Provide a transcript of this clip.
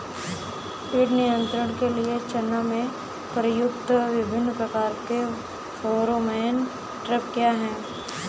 कीट नियंत्रण के लिए चना में प्रयुक्त विभिन्न प्रकार के फेरोमोन ट्रैप क्या है?